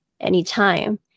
anytime